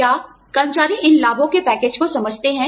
क्या कर्मचारी इन लाभों के पैकेज को समझते हैं